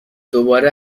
دوباره